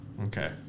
Okay